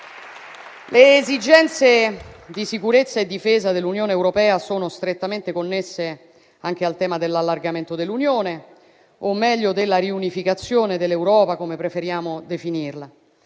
Le esigenze di sicurezza e difesa dell'Unione europea sono strettamente connesse anche al tema dell'allargamento dell'Unione, o meglio della riunificazione dell'Europa, come preferiamo definirla.